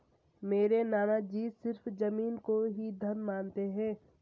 मेरे नाना जी सिर्फ जमीन को ही धन मानते हैं